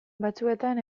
batzuetan